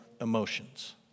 emotions